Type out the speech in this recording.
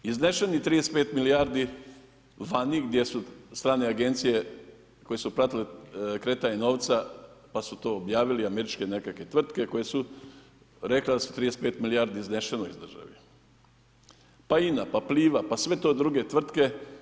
Iznešenih 35 milijardi vani gdje su strane agencije koje su pratile kretanje novca pa su to objavile američke nekakve tvrtke koje su rekle da su 35 milijardi iznešeno iz države, pa INA, pa Pliva, pa sve te druge tvrtke.